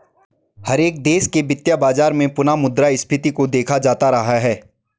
हर एक देश के वित्तीय बाजार में पुनः मुद्रा स्फीती को देखा जाता रहा है